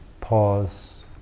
pause